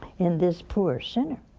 and this poor sinner.